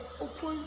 Open